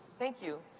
thank you.